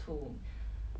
ya but then